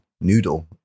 noodle